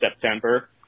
September